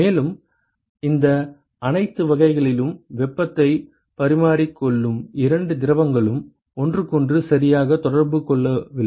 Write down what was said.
மேலும் இந்த அனைத்து வகைகளிலும் வெப்பத்தை பரிமாறிக் கொள்ளும் இரண்டு திரவங்களும் ஒன்றுக்கொன்று சரியாக தொடர்பு கொள்ளவில்லை